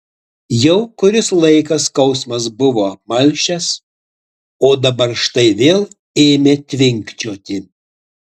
jau kuris laikas skausmas buvo apmalšęs o dabar štai vėl ėmė tvinkčioti